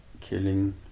killing